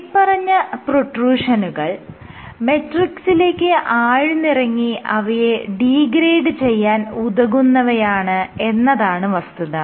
മേല്പറഞ്ഞ പ്രൊട്രൂഷനുകൾ മെട്രിക്സിലേക്ക് ആഴ്ന്നിറങ്ങി അവയെ ഡീഗ്രേഡ് ചെയ്യാൻ ഉതകുന്നവയാണ് എന്നതാണ് വസ്തുത